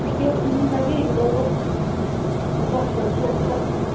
ꯄꯤꯒꯦ ꯑꯩꯉꯣꯟꯗꯒꯤ ꯂꯧꯔꯣ ꯑꯠꯖ꯭ꯠꯁ ꯇꯧꯁꯤ ꯑꯁꯤꯗ